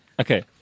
Okay